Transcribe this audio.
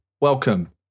welcome